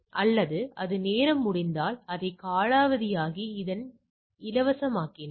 அல்லது அது நேரம் முடிந்தால் அதை காலாவதியாகி அதை இலவசமாக்கினேன்